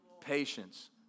patience